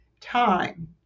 time